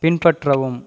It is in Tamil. பின்பற்றவும்